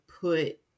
put